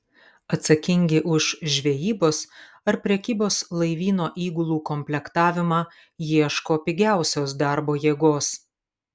atsakingi už žvejybos ar prekybos laivyno įgulų komplektavimą ieško pigiausios darbo jėgos